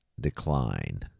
decline